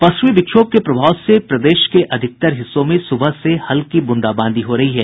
पश्चिमी विक्षोभ के प्रभाव से प्रदेश के अधिकतर हिस्सों में सुबह से हल्की ब्रंदाबांदी हो रही है